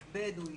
בדואית,